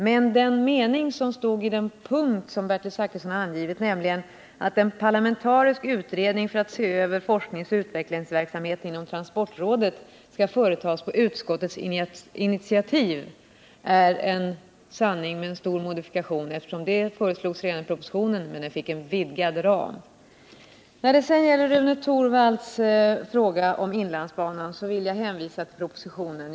Men den mening som stod i den punkt som Bertil Zachrisson angav, nämligen att en parlamentarisk utredning för att se över forskningsoch utvecklingsverksamheten inom transportområdet skulle komma till på utskottets initiativ, är en sanning med stor modifikation. En sådan utredning föreslogs redan i propositionen, men den fick sedan en vidgad ram. När det gäller Rune Torwalds fråga om inlandsbanan hänvisar jag till propositionen.